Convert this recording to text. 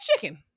chicken